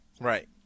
right